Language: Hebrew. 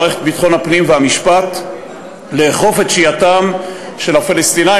מערכת ביטחון הפנים ומערכת המשפט לאכוף את איסור שהייתם של הפלסטינים